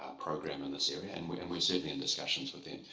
programme in this area, and we're and we're certainly in discussions with them.